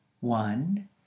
one